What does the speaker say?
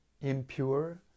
impure